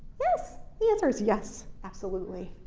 yes. the answer is yes. absolutely.